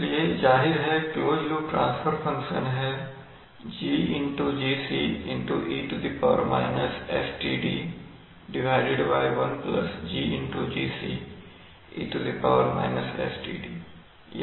इसलिए जाहिर है क्लोज लूप ट्रांसफर फंक्शन है GGc e sTd1GGc e sTd